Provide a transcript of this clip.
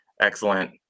Excellent